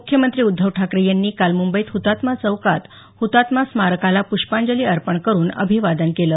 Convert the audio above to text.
मुख्यमंत्री उध्दव ठाकरे यांनी काल मुंबईत हुतात्मा चौकात हुतात्मा स्मारकाला प्ष्पांजली अर्पण करून अभिवादन केलं